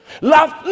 Love